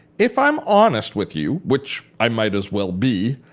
if i'm honest with you, which i might as well be,